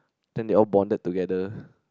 then they all bonded together